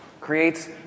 creates